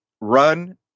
run